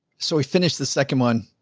so we finished the second one.